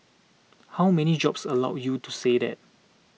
how many jobs allow you to say that